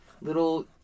little